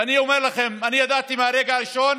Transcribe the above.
ואני אומר לכם, אני ידעתי מהרגע הראשון